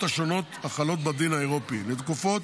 השונות החלות בדין האירופי לתקופות